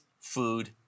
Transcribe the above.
food